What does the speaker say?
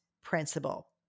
principle